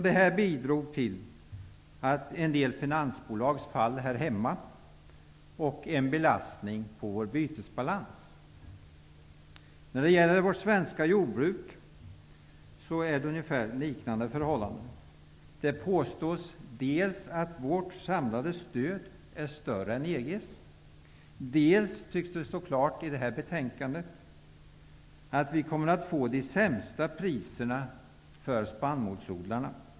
Detta bidrog till en del finansbolags fall här hemma och en belastning på vår bytesbalans. När det gäller vårt svenska jordbruk råder ungefär liknande förhållanden. Det påstås dels att vårt samlade stöd är större än EG:s, dels att det tycks stå klart i det här betänkandet att våra spannmålsodlare kommer att få de sämsta priserna för spannmål.